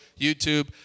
YouTube